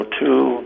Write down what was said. two